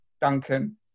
Duncan